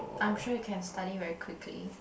I'm sure you can study very quickly